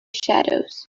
shadows